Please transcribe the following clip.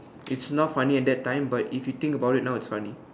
it's not funny at that time but if you think about it now it's funny